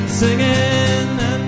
singing